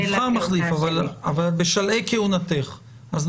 נבחר מחליף, אבל את בשלהי כהונתך.